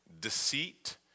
deceit